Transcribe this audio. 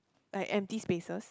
like empty spaces